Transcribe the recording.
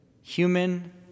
human